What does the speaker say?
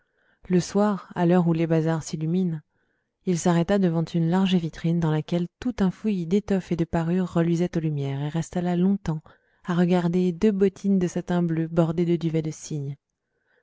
le soir à l'heure où les bazars s'illuminent il s'arrêta devant une large vitrine dans laquelle tout un fouillis d'étoffes et de parures reluisait aux lumières et resta là longtemps à regarder deux bottines de satin bleu bordées de duvet de cygne